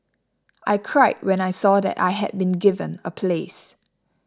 I cried when I saw that I had been given a place